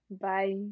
Bye